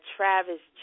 Travis